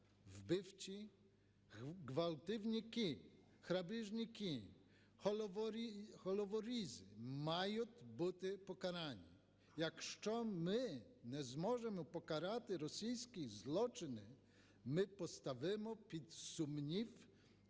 Вбивці, ґвалтівники, грабіжники, головорізи мають бути покарані. Якщо ми не зможемо покарати російські злочини, ми поставимо під сумнів